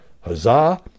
Huzzah